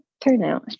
turnout